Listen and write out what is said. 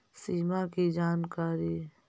सिमा कि जानकारी?